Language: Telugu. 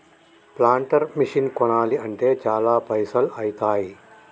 ప్లాంటర్ మెషిన్ కొనాలి అంటే చాల పైసల్ ఐతాయ్